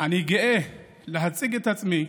אני גאה להציג את עצמי,